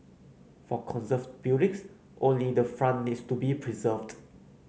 for conserved buildings only the front needs to be preserved